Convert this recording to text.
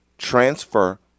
Transfer